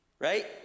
Right